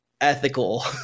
ethical